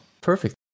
Perfect